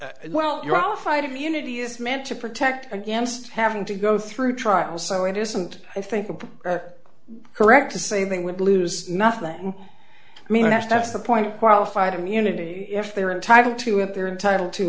well you're off site of unity is meant to protect against having to go through trials so it isn't i think correct to say they would lose nothing i mean that's that's the point a qualified immunity if they're entitled to it they're entitled to